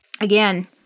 Again